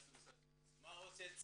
מה עושה צה"ל?